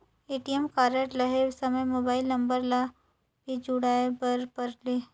ATM card लहे समय mobile number ला भी जुड़वाए बर परेल?